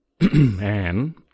Anne